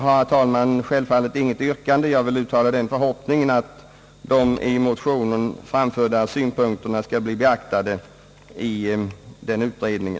Självfallet har jag inget yrkande, herr talman, utan vill endast uttala förhoppningen att de i motionen framförda synpunkterna skall bli beaktade i den sittande utredningen.